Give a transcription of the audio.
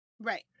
Right